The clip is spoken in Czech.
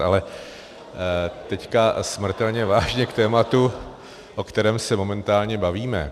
Ale teď smrtelně vážně k tématu, o kterém se momentálně bavíme.